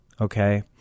okay